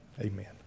amen